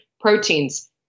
proteins